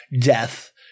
death